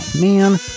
man